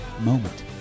moment